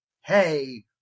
hey